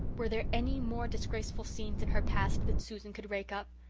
were there any more disgraceful scenes in her past that susan could rake up?